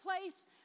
place